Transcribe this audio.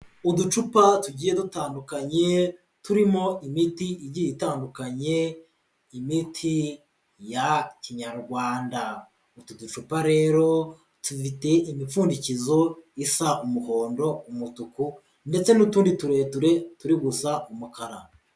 Uducupa tugiye dutandukanye turimo imiti igiye itandukanye, imiti ya Kinyarwanda, utu ducupa rero dufite imipfundikizo isa umuhondo, umutuku ndetse n'utundi turerure turi gusa umukara.